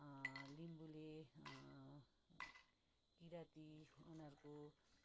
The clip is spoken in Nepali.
लिम्बूले किराती उनीहरूको